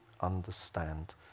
understand